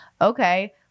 okay